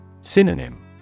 Synonym